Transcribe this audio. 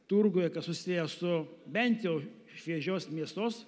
turguje kas susiję su bent jau šviežios mėsos